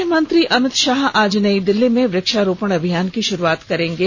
गृहमंत्री अमित शाह आज नई दिल्ली में वृक्षारोपण अभियान की श्रूआत करेंगे